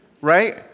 right